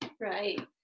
right